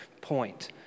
point